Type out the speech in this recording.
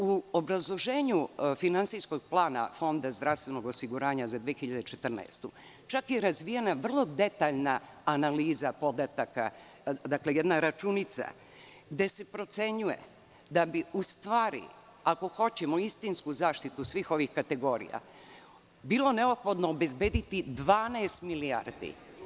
U obrazloženju finansijskog plana RFZO za 2014. godinu čak je razvijena i vrlo detaljna analiza podataka, jedna računica gde se procenjuje da bi u stvari, ako hoćemo istinsku zaštitu svih ovih kategorija, bilo neophodno obezbediti 12 milijardi.